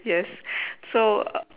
yes so err